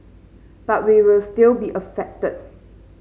but we will still be affected